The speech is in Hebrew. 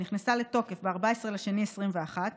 שנכנסה לתוקף ב-14 בפברואר 2021,